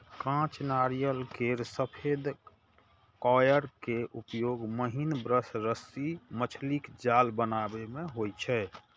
कांच नारियल केर सफेद कॉयर के उपयोग महीन ब्रश, रस्सी, मछलीक जाल बनाबै मे होइ छै